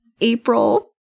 April